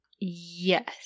yes